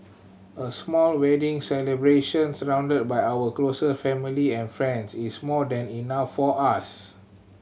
a small wedding celebration surrounded by our closest family and friends is more than enough for us